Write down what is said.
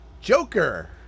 joker